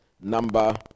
number